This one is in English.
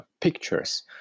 pictures